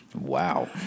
wow